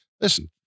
listen